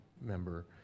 member